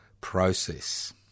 process